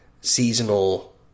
seasonal